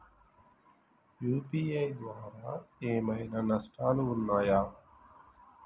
UPI ద్వారా ఏమైనా నష్టాలు ఉన్నయా?